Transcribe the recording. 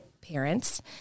parents